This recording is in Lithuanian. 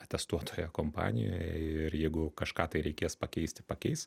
atestuotoje kompanijoje ir jeigu kažką tai reikės pakeisti pakeis